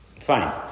Fine